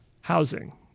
housing